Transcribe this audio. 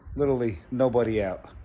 literally nobody out